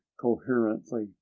coherently